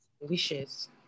Wishes